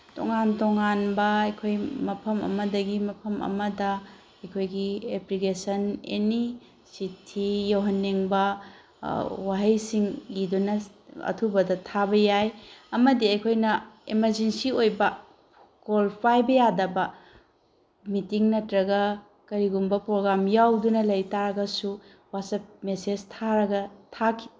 ꯇꯣꯉꯥꯟ ꯇꯣꯉꯥꯟꯕ ꯑꯩꯈꯣꯏ ꯃꯐꯝ ꯑꯃꯗꯒꯤ ꯃꯐꯝ ꯑꯃꯗ ꯑꯩꯈꯣꯏꯒꯤ ꯑꯦꯄ꯭ꯂꯤꯀꯦꯁꯟ ꯑꯦꯅꯤ ꯆꯤꯊꯤ ꯌꯧꯍꯟꯅꯤꯡꯕ ꯋꯥꯍꯩꯁꯤꯡ ꯏꯗꯨꯅ ꯑꯊꯨꯕꯗ ꯊꯥꯕ ꯌꯥꯏ ꯑꯃꯗꯤ ꯑꯩꯈꯣꯏꯅ ꯑꯦꯃꯔꯖꯦꯟꯁꯤ ꯑꯣꯏꯕ ꯀꯣꯜ ꯄꯥꯏꯕ ꯌꯥꯗꯕ ꯃꯤꯇꯤꯡ ꯅꯠꯇ꯭ꯔꯒ ꯀꯔꯤꯒꯨꯝꯕ ꯄ꯭ꯔꯣꯒ꯭ꯔꯥꯝ ꯌꯥꯎꯗꯨꯅ ꯂꯩꯇꯥꯔꯒꯁꯨ ꯋꯥꯆꯞ ꯃꯦꯁꯦꯖ ꯊꯥꯔꯒ